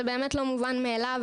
זה באמת לא מובן מאליו,